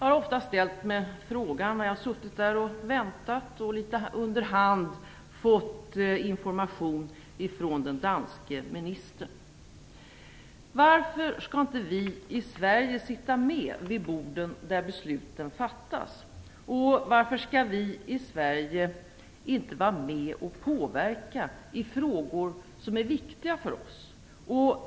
När jag har suttit där och väntat och underhand fått information från den danska ministern har jag ställt mig frågan varför inte vi i Sverige skall sitta med vid borden där besluten fattas. Varför skall vi i Sverige inte vara med och påverka i frågor som är viktiga för oss?